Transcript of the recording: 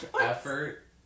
effort